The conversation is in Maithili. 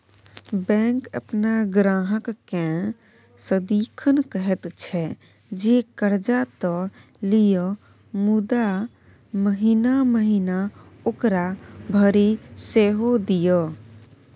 बैंक अपन ग्राहककेँ सदिखन कहैत छै जे कर्जा त लिअ मुदा महिना महिना ओकरा भरि सेहो दिअ